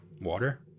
Water